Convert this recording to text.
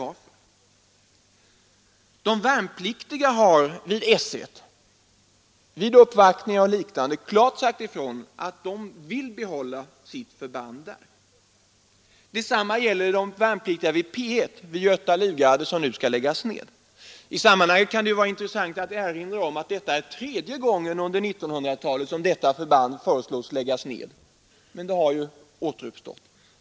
Vidare har de värnpliktiga vid S 1 vid uppvaktningar och liknande sagt klart ifrån att de vill behålla sitt förband där. Detsamma gäller de värnpliktiga vid P 1 vid Göta livgarde, som nu skall läggas ner. Det kan i sammanhanget vara intressant att erinra om att det är tredje gången under 1900-talet som detta förband föreslås läggas ner, men det har varje gång återuppstått.